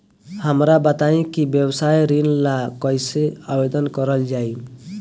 हमरा बताई कि व्यवसाय ऋण ला कइसे आवेदन करल जाई?